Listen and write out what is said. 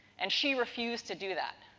and, she refused to do that.